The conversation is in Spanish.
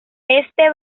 este